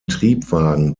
triebwagen